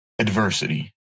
adversity